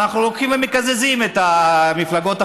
אנחנו לוקחים ומקזזים את המפלגות החרדיות,